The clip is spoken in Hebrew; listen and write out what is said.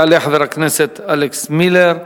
יעלה חבר הכנסת אלכס מילר.